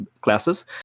classes